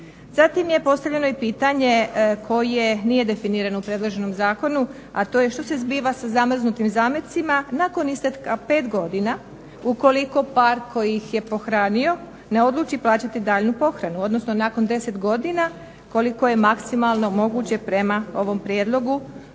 Zatim je postavljeno i pitanje koje nije definirano u predloženom zakonu, a to je što se zbiva sa zamrznutim zamecima nakon isteka pet godina ukoliko par koji ih je pohranio ne odluči plaćati daljnju pohranu, odnosno nakon 10 godina koliko je maksimalno moguće prema ovom prijedlogu